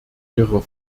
ihrer